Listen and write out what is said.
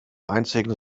einzigen